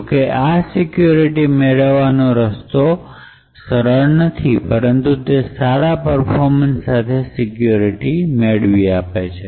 જોકે આ સિક્યુરિટી મેળવવાનો સરસ રસ્તો નથી પરંતુ તે સારા પરફોર્મન્સ સાથે સિક્યુરિટી મેળવી આપે છે